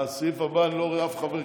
בסעיף הבא אני לא רואה אף חבר כנסת.